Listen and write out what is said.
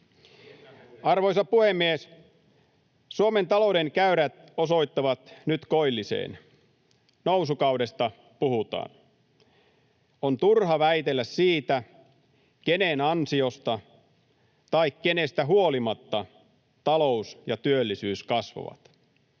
Arvoisa puhemies! Suomen talouden käyrät osoittavat nyt koilliseen. Nousukaudesta puhutaan. On turha väitellä siitä, kenen ansiosta tai kenestä huolimatta talous ja työllisyys kasvavat.